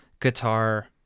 guitar